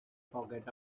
forget